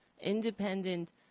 independent